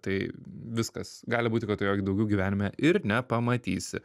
tai viskas gali būti kad tu jo daugiau gyvenime ir nepamatysi